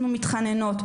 אנחנו מתחננות,